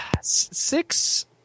Six